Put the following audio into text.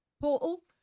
portal